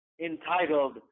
entitled